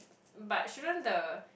but shouldn't the